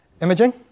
Imaging